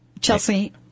Chelsea